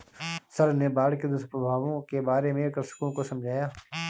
sir ने बाढ़ के दुष्प्रभावों के बारे में कृषकों को समझाया